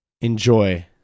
Enjoy